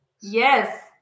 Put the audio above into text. Yes